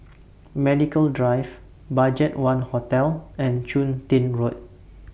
Medical Drive BudgetOne Hotel and Chun Tin Road